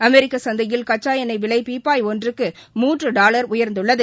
அமெரிக்க சந்தையில் கச்சா எண்ணெய் விலை பீப்பாய் ஒன்றுக்கு மூன்று டாலர் உயர்ந்துள்ளது